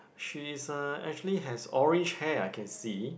she's uh actually has orange hair I can see